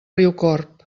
riucorb